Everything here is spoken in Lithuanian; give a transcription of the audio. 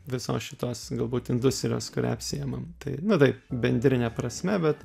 visos šitos galbūt industrijos kuria apsiemam tai na taip bendrine prasme bet